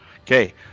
Okay